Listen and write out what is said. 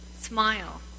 smile